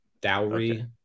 Dowry